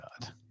God